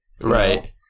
Right